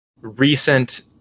recent